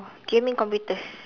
gaming computers